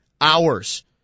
hours